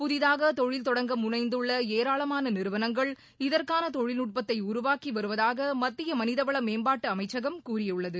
புதிதாக தொழில் தொடங்க முனைந்துள்ள ஏராளமாள நிறுவனங்கள் இதற்கான தொழில்நுட்பத்தை உருவாக்கி வருவதாக மத்திய மனிதவள மேம்பாட்டு அமைச்சகம் கூறியுள்ளது